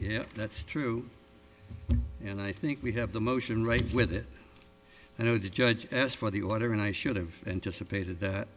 yeah that's true and i think we have the motion right with it you know the judge asked for the order and i should have anticipated that